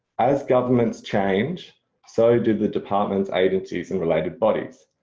as government's change so do the departments, agencies and related bodies.